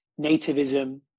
nativism